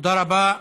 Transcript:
תודה רבה.